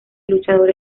luchador